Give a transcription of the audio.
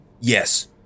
Yes